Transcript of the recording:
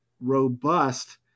robust